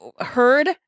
heard